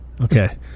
Okay